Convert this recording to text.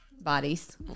bodies